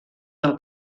del